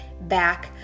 back